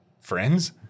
friends